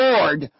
Lord